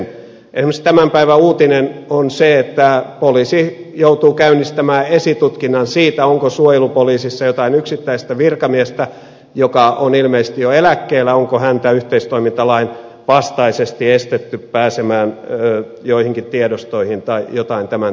esimerkiksi tämän päivän uutinen on se että poliisi joutuu käynnistämään esitutkinnan siitä onko suojelupoliisissa jotain yksittäistä virkamiestä joka on ilmeisesti jo eläkkeellä jota on yhteistoimintalain vastaisesti estetty pääsemään joihinkin tiedostoihin tai jotain tämän tapaista